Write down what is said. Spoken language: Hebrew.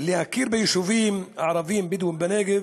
להכיר ביישובים הערביים-בדואיים בנגב,